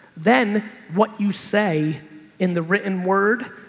then what you say in the written word,